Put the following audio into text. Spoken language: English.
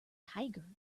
tiger